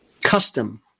custom